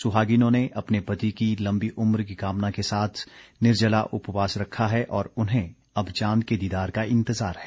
सुहागिनों ने अपने पति की लम्बी उम्र की कामना के साथ निर्जला उपवास रखा है और उन्हें अब चांद के दीदार का इंतजार है